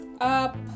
up